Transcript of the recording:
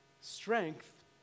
strength